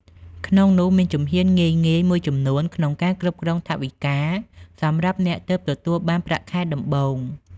ក្នុងនោះ មានជំហានងាយៗមួយចំនួនក្នុងការគ្រប់គ្រងថវិកាសម្រាប់អ្នកទើបទទួលបានប្រាក់ខែដំបូង។